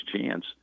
chance